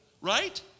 Right